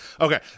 Okay